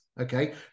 okay